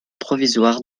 provisoire